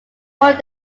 court